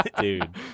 dude